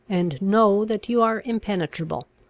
and know that you are impenetrable.